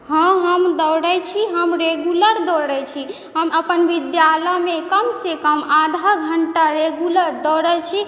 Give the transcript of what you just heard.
हँ हम दौड़य छी हम रेगुलर दौड़य छी हम अपन विद्यालयमे कम सँ कम आधा घण्टा रेगुलर दौड़य छी